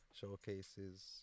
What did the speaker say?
showcases